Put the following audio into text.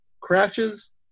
crashes